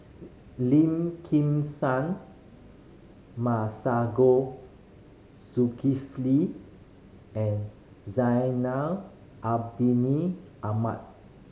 Lim Kim San Zulkifli and Zainal Ahmad